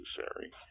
necessary